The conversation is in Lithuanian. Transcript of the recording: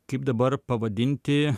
kaip dabar pavadinti